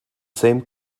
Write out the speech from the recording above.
same